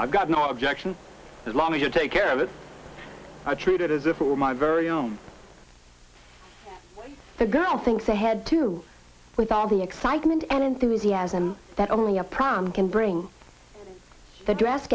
i've got no objection as long as you take care that i treated as if it were my very own the girl thinks ahead too with all the excitement and enthusiasm that only a prom can bring the dress